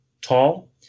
tall